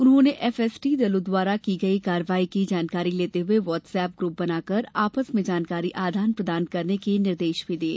उन्होंने एफएसटी दलों द्वारा की गई कार्यवाही की जानकारी लेते हुए वाट्सएप ग्रूप बनाकर आपस में जानकारी आदान प्रदान करने के निर्देश भी दिये